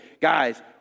Guys